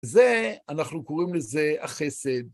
זה, אנחנו קוראים לזה החסד.